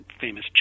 famous